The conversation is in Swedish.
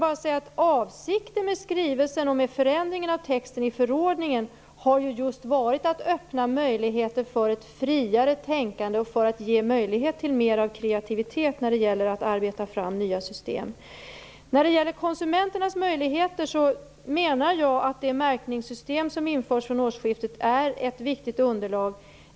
Avsikten med skrivelsen och med förändringen av texten i förordningen har just varit att öppna möjligheterna för ett friare tänkande och mer kreativitet när det gäller att arbeta fram nya system. När det gäller konsumenternas möjligheter, menar jag att det märkningssystem som införs från årsskiftet är ett viktigt underlag.